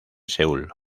seúl